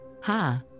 Ha